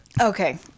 Okay